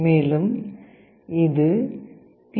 மேலும் இது பி